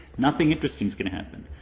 nothing interesting is going to happe and